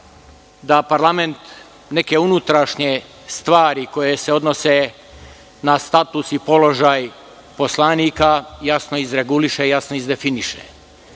da parlament neke unutrašnje stvari koje se odnose na status i položaj poslanika jasno izreguliše, jasno izdefiniše.